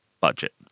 Budget